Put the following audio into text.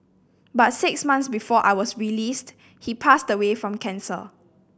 but six months before I was released he passed away from cancer